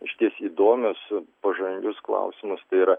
išties įdomius pažangius klausimus tai yra